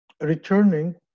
Returning